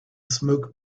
smoke